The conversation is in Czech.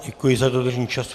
Děkuji za dodržení času.